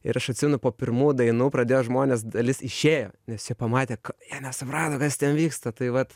ir aš atsimenu po pirmų dainų pradėjožmones dalis išėjo nes jie pamatė jie nesuprato kas ten vyksta tai vat